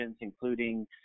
including